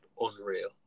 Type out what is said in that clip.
unreal